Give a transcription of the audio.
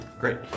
Great